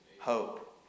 hope